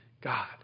God